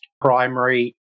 primary